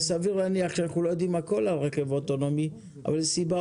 סביר להניח שאנחנו לא יודעים הכול על רכב אוטונומי אבל זאת סיבה